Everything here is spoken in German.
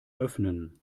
öffnen